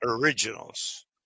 originals